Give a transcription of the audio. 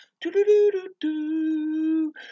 Do-do-do-do-do